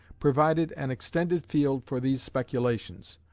provided an extended field for these speculations.